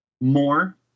more